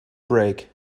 break